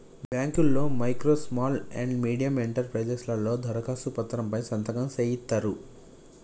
బాంకుల్లో micro small and medium enterprises లలో దరఖాస్తు పత్రం పై సంతకం సేయిత్తరు